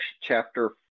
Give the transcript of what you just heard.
chapter